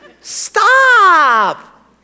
Stop